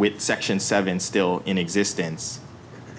with section seven still in existence